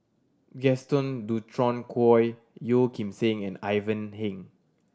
Gaston Dutronquoy Yeo Kim Seng and Ivan Heng